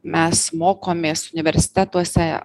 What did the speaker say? mes mokomės universitetuose